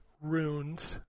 runes